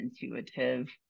intuitive